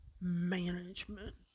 management